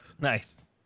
Nice